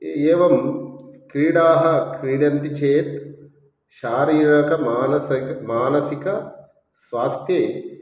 ये एवं क्रीडाः क्रीडन्ति चेत् शारीरिकः मानसिकः मानसिकः स्वास्थ्ये